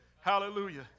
Hallelujah